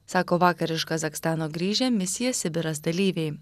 sako vakar iš kazachstano grįžę misija sibiras dalyviai